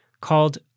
called